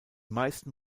meisten